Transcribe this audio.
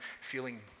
feeling